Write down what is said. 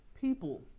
people